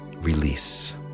release